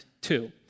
two